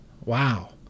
wow